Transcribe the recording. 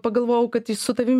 pagalvojau kad su tavim